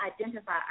identify